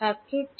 ছাত্র টি